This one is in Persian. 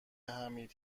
حمید